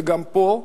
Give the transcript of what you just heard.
וגם פה,